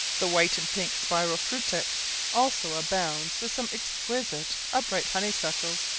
the white and pink spiral frutex also abounds with some exquisite upright honeysuckles,